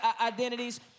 identities